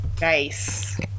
Nice